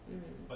um